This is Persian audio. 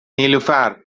نیلوفرمن